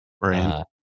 Right